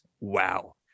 Wow